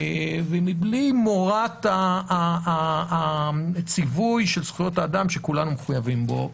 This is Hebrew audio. ומבלי מורא הציווי של זכויות האדם שכולם מחויבים בו.